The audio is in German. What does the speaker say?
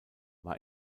war